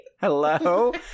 Hello